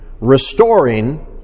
restoring